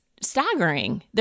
staggering